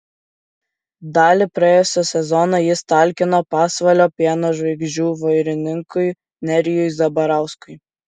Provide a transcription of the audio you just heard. dalį praėjusio sezono jis talkino pasvalio pieno žvaigždžių vairininkui nerijui zabarauskui